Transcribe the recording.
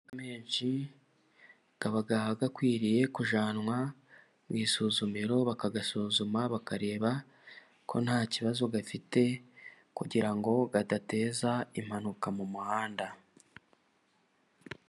Amamodoka menshi aba akwiriye kujyananwa mu isuzumiro, bakayasuzuma bakareba ko nta kibazo afite, kugira ngo adateza impanuka mu muhanda.